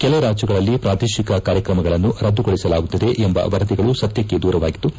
ಕೆಲ ರಾಜ್ಯಗಳಲ್ಲಿ ಪ್ರಾದೇಶಿಕ ಕಾರ್ಯತ್ರಮಗಳನ್ನು ರದ್ದುಗೊಳಿಸಲಾಗುತ್ತಿದೆ ಎಂಬ ವರದಿಗಳು ಸತ್ತಕ್ಕೆ ದೂರವಾಗಿದ್ದು